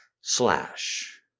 slash